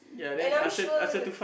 and I'm sure like